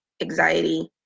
anxiety